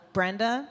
Brenda